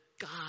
God